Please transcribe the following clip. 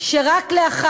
על כך שרק לאחר